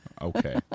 Okay